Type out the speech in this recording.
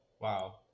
Wow